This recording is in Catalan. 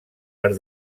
per